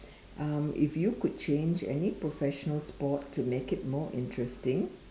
um if you could change any professional sport to make it more interesting